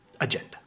agenda